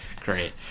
Great